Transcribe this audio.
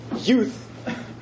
youth